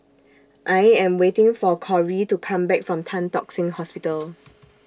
I Am waiting For Cori to Come Back from Tan Tock Seng Hospital